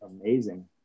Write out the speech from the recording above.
amazing